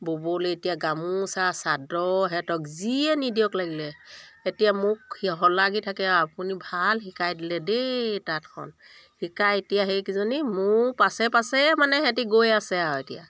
ব'বলৈ এতিয়া গামোচা চাদৰ সিহঁতক যিয়ে নিদিয়ক লাগিলে এতিয়া মোক শলাগি থাকে আৰু আপুনি ভাল শিকাই দিলে দেই তাঁতখন শিকাই এতিয়া সেইকেইজনী মোৰ পাছে পাছে মানে সিহঁতে গৈ আছে আৰু এতিয়া